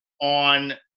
on